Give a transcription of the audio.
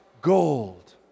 gold